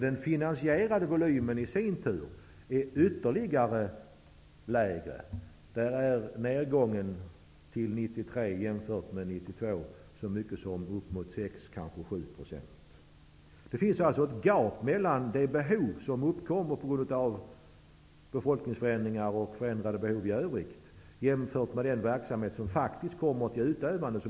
Den finansierade volymen är ännu lägre. Nedgången från 1992 till 1993 är 6--7 %. Det finns ett ganska stort gap mellan det behov som uppkommer på grund av befolkningsförändringar och förändrade behov i övrigt och den verksamhet som faktiskt kommer till utövande.